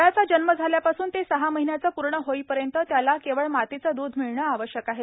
बाळाचा जन्म झाल्यापासून ते सहा महिन्याचे पूर्ण होईपर्यंत त्याला केवळ मातेचे द्रध मिळणे आवश्यक आहे